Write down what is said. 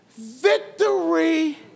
Victory